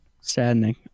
saddening